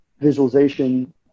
visualization